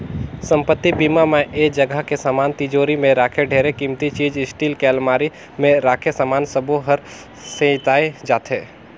संपत्ति बीमा म ऐ जगह के समान तिजोरी मे राखे ढेरे किमती चीच स्टील के अलमारी मे राखे समान सबो हर सेंइताए जाथे